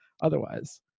otherwise